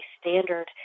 standard